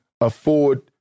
afford